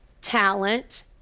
talent